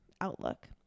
outlook